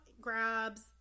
grabs